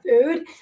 food